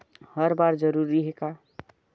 हर बार जरूरी हे का?